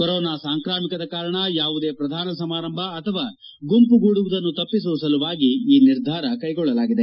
corona ಸಾಂಕಾಮಿಕದ ಕಾರಣ ಯಾವುದೇ ಪ್ರಧಾನ ಸಮಾರಂಭ ಅಥವಾ ಗುಂಪುಗೂಡುವುದನ್ನು ತಪ್ಪಿಸುವ ಸಲುವಾಗಿ ಈ ನಿರ್ಧಾರ ಕೈಗೊಳ್ಳಲಾಗಿದೆ